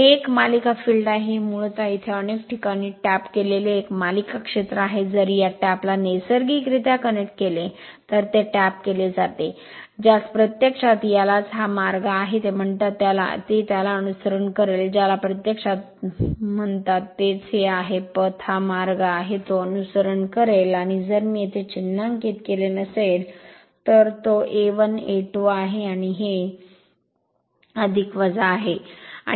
हे एक मालिका फील्ड आहे हे मूळतः येथे अनेक ठिकाणी टॅप केलेले एक मालिका क्षेत्र आहे जर या टॅप ला नैसर्गिकरित्या कनेक्ट केले तर ते टॅप केले जाते ज्यास प्रत्यक्षात यालाच हा मार्ग आहे ते म्हणतात ते त्याला अनुसरण करेल ज्याला प्रत्यक्षात याला म्हणतात तेच हे आहे पथ हा मार्ग आहे तो अनुसरण करेल आणि जर मी येथे चिन्हांकित केले नसेल तर तो A1 A2 आहे आणि हे आहे